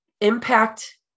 impact